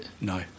No